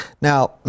now